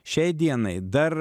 šiai dienai dar